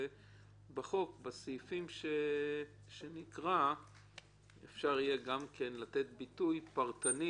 בסעיפים שנקרא אפשר יהיה גם לתת ביטוי פרטני